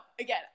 again